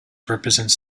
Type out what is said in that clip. represents